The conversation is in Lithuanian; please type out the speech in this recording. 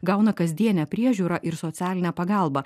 gauna kasdienę priežiūrą ir socialinę pagalbą